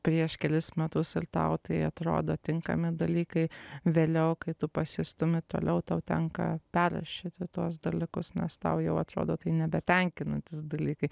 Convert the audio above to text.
prieš kelis metus ir tau tai atrodo tinkami dalykai vėliau kai tu pasistumi toliau tau tenka perrašyti tuos dalykus nes tau jau atrodo tai nebetenkinantys dalykai